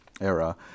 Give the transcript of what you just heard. era